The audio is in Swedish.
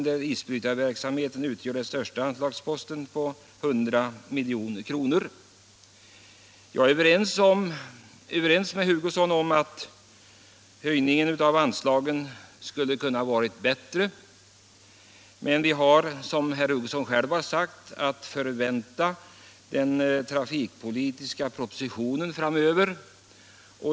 Men vi har — som herr Hugosson själv sagt — framöver att förvänta den trafikpolitiska propositionen.